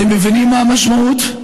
אתם מבינים מה המשמעות?